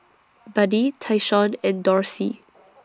Buddy Tyshawn and Dorsey